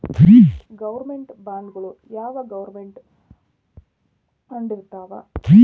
Government ಬಾಂಡ್ಗಳು ಯಾವ್ government ಅಂಡರಿರ್ತಾವ?